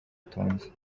tonzi